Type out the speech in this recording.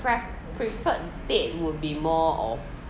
pref~ preferred date would be more of